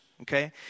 okay